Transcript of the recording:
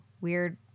weird